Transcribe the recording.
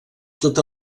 tot